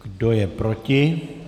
Kdo je proti?